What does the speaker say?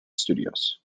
studios